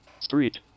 Street